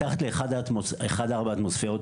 מתחת ל-1.4 אטמוספירות,